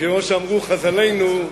כמו שאמרו חז"לינו: